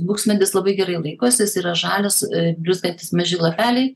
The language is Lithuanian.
buksmedis labai gerai laikosi jis yra žalias blizgantys maži lapeliai